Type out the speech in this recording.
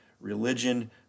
Religion